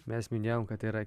mes minėjom kad yra